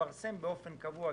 שמתפרסם באופן קבוע.